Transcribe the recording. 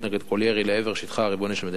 כל ירי לעבר שטחה הריבוני של מדינת ישראל.